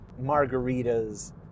margaritas